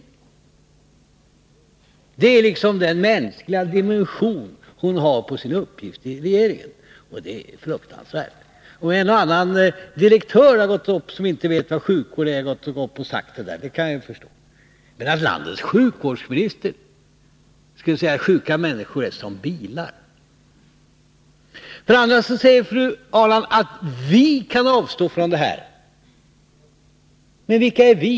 Det är den mänskliga dimension hon har på sin uppgift i regeringen, och det är fruktansvärt. Om en eller annan direktör som inte vet vad sjukvård är hade gått upp och sagt det där, kunde jag ha förstått det. Men att landets sjukvårdsminister säger att sjuka människor är som bilar! Vidare säger fru Ahrland att vi kan avstå från det här. Men vilka är vi?